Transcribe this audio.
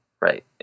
right